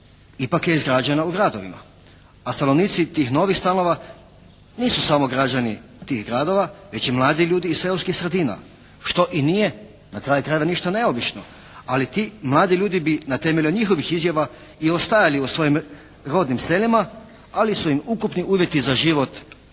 ipak je izgrađena u gradovima. A stanovnici tih novih stanova nisu samo građani tih gradova već i mladi ljudi iz seoskih sredina, što i nije na kraju krajeva ništa neobično. Ali ti mladi ljudi bi, na temelju njihovih izjava i ostajali u svojim rodnim selima, ali su im ukupni uvjeti za život sve